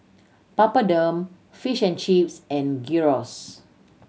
Papadum Fish and Chips and Gyros